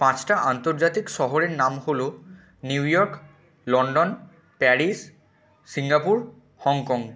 পাঁচটা আন্তর্জাতিক শহরের নাম হল New York London Paris Singapore Hong Kong